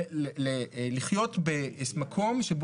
אגב, שוב